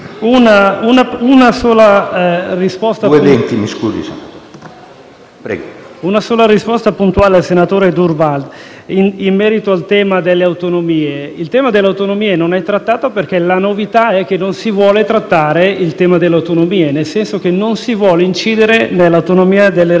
una sola risposta puntuale al senatore Durnwalder in merito al tema delle autonomie. Il tema delle autonomie non è trattato perché la novità è che non si vuole trattare tale tema, nel senso che non si vuole incidere sull'autonomia delle Regioni